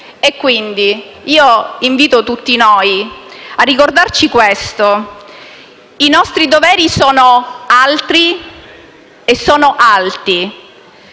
e quindi invito tutti noi a ricordare questo: i nostri doveri sono altri e sono alti